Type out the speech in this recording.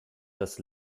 das